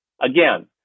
Again